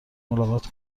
ملاقات